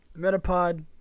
metapod